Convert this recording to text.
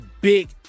big